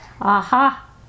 Aha